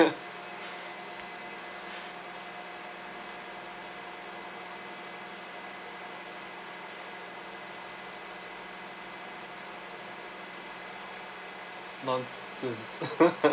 nonsense